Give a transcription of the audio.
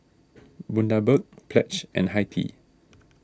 Bundaberg Pledge and Hi Tea